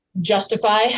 justify